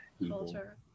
culture